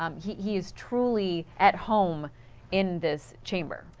um he he is truly at home in this chamber.